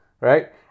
right